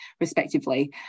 respectively